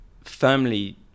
firmly